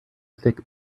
thick